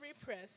repress